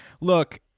look